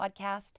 podcast